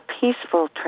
peaceful